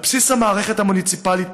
על בסיס המערכת המוניציפלית,